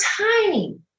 tiny